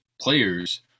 players